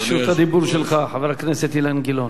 רשות הדיבור שלך, חבר הכנסת אילן גילאון.